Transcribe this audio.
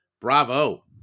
Bravo